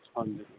ਹਾਂਜੀ